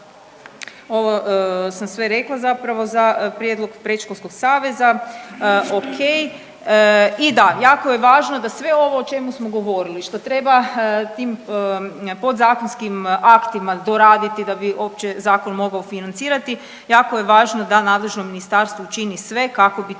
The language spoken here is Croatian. ovo sam sve rekla zapravo za prijedlog predškolskog saveza, okej. I da, jako je važno da sve ovo o čemu smo govorili što treba tim podzakonskim aktima doraditi da bi uopće zakon mogao financirati, jako je važno da nadležno ministarstvo učini sve kako bi